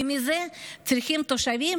ומזה צריכים התושבים,